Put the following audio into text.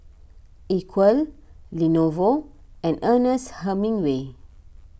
Equal Lenovo and Ernest Hemingway